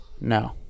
No